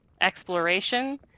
exploration